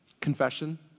Confession